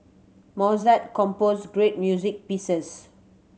Mozart composed great music pieces